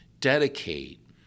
dedicate